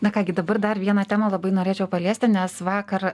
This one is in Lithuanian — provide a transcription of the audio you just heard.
na ką gi dabar dar vieną temą labai norėčiau paliesti nes vakar